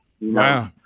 Wow